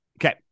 okay